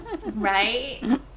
Right